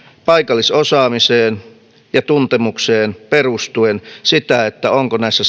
paikallisosaamiseen ja tuntemukseen perustuen sitä onko näissä